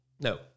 No